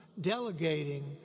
delegating